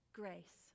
grace